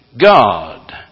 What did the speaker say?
God